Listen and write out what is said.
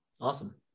Awesome